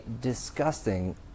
disgusting